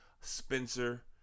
Spencer